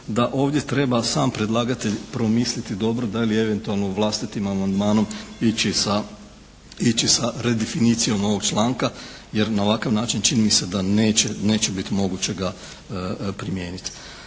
da ovdje treba sam predlagatelj promisliti dobro da li eventualno vlastitim amandmanom ići sa, ići sa redefinicijom ovog članka jer na ovakav način čini mi se da neće biti moguće ga primijeniti.